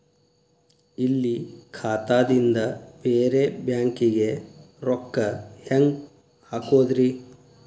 ಇಲ್ಲಿ ಖಾತಾದಿಂದ ಬೇರೆ ಬ್ಯಾಂಕಿಗೆ ರೊಕ್ಕ ಹೆಂಗ್ ಹಾಕೋದ್ರಿ?